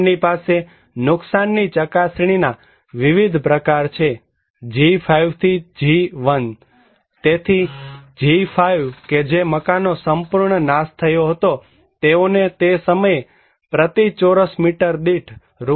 તેમની પાસે નુકસાનની ચકાસણીના વિવિધ પ્રકાર છે G5 થી G1 તેથી G5 કેજે મકાનો સંપૂર્ણ નાશ થયો હતો તેઓને તે સમયે પ્રતિ ચોરસ મીટર દીઠ રૂ